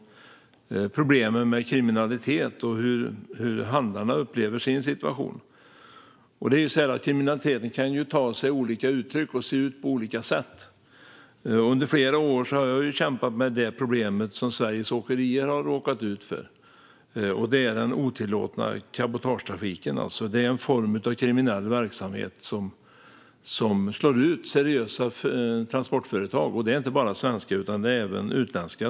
Om man ska utveckla resonemanget lite grann kring otillåten cabotagetrafik och problemet kring det kan kriminalitet ta sig olika uttryck och se ut på olika sätt. Jag har under flera år kämpat med ett problem som Sveriges åkerier har råkat ut för, och det är den otillåtna cabotagetrafiken. Det är en form av kriminell verksamhet som slår ut seriösa transportföretag och inte bara svenska sådana utan även utländska.